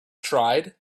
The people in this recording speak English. tried